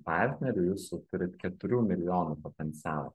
partnerių jūs jau turit keturių milijonų potencialą